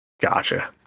Gotcha